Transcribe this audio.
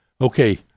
Okay